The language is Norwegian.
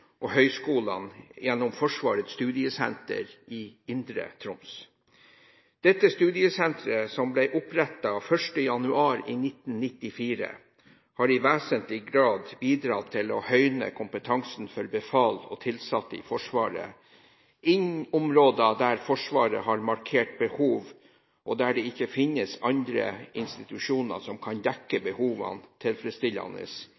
og høgskolene gjennom Forsvarets studiesenter i Indre Troms. Dette studiesenteret, som ble opprettet 1. januar 1994, har i vesentlig grad bidratt til å høyne kompetansen for befal og ansatte i Forsvaret, innen områder der Forsvaret har markert behov, og der det ikke finnes andre institusjoner i rimelig nærhet til tjenestestedet, som kan